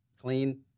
clean